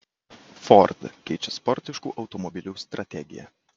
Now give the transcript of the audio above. ford keičia sportiškų automobilių strategiją